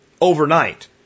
overnight